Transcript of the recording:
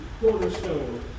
cornerstone